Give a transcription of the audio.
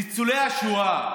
ניצולי השואה,